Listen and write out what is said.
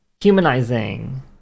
humanizing